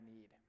need